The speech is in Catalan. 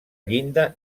llinda